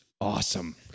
Awesome